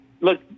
Look